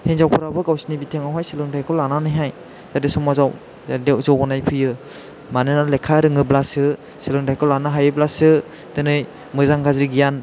हिन्जावफ्राबो गावसिनि बिथिङाव हाय सोलोंथाइखौ लानानै हाय बेबादि समाजाव जौगानाय फैयो मानोना लेखा रोङोब्लासो सोलोंथाइखौ लानो हायोब्लासो दिनै मोजां गाज्रि गियान